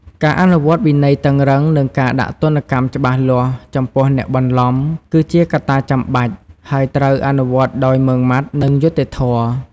ការអនុវត្តវិន័យតឹងរ៉ឹង និងការដាក់ទណ្ឌកម្មច្បាស់លាស់ចំពោះអ្នកបន្លំ គឺជាកត្តាចាំបាច់ ហើយត្រូវអនុវត្តដោយម៉ឺងម៉ាត់ និងយុត្តិធម៌។